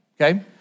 okay